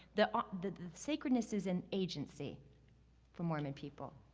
the ah the sacredness is an agency for mormon people.